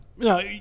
No